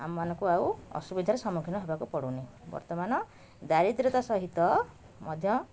ଆମମାନଙ୍କୁ ଆଉ ଅସୁବିଧାର ସମ୍ମୁଖୀନ ହେବାକୁ ପଡ଼ୁନି ବର୍ତ୍ତମାନ ଦାରିଦ୍ରତା ସହିତ ମଧ୍ୟ